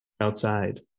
outside